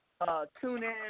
TuneIn